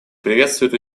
приветствует